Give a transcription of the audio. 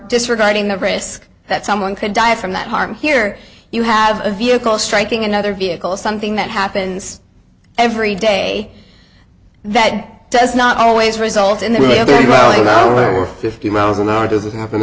disregarding the risk that someone could die from that harm here you have a vehicle striking another vehicle something that happens every day that does not always result in the euro or fifty miles an hour